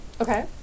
Okay